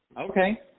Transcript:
Okay